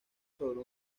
sobre